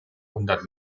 hundert